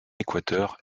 équateur